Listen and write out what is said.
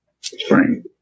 spring